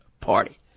Party